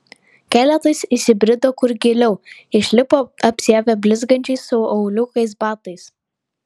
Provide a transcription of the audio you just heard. keletas įsibrido kur giliau išlipo apsiavę blizgančiais su auliukais batais